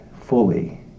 fully